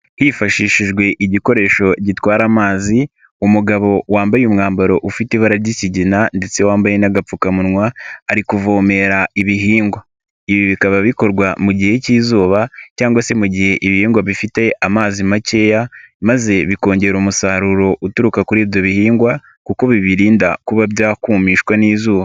Hifashishijwe igikoresho gitwara amazi umugabo wambaye umwambaro ufite ibara ry'ikigina ndetse wambaye n'agapfukamunwa ari kuvomera ibihingwa, ibi bikaba bikorwa mu gihe cy'izuba cyangwa se mu gihe ibihingwa bifite amazi makeya maze bikongera umusaruro uturuka kuri ibyo bihingwa kuko bibirinda kuba byakumishwa n'izuba.